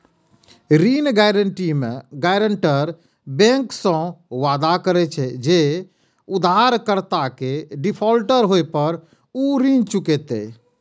ऋण गारंटी मे guarantor bank सं वादा करे छै, जे उधारकर्ता के डिफॉल्टर होय पर ऊ ऋण चुकेतै